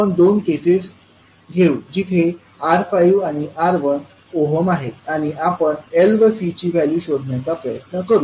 आपण दोन केसेस घेऊ जेथे R5 आणि R1 ओहम आहेत आणि आपण L व C ची व्हॅल्यू शोधण्याचा प्रयत्न करू